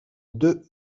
deux